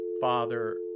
Father